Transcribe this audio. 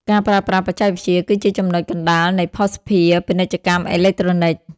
ការប្រើប្រាស់បច្ចេកវិទ្យាគឺជាចំណុចកណ្តាលនៃភស្តុភារ ពាណិជ្ជកម្មអេឡិចត្រូនិក ។